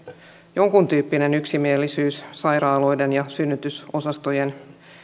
jonkuntyyppinen yksimielisyys sairaaloiden ja synnytysosastojen